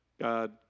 God